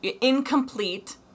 incomplete